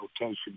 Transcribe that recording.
rotation